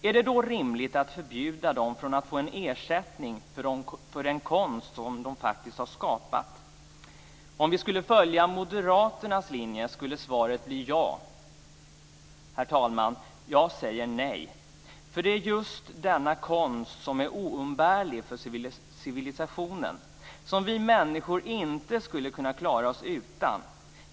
Är det då rimligt att hindra dem från att få en ersättning för den konst som de faktiskt har skapat? Om vi skulle följa moderaternas linje, skulle svaret bli ja. Herr talman! Jag säger nej. Denna konst är oumbärlig för civilisationen, och vi människor skulle inte kunna klara oss utan den.